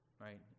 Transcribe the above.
Right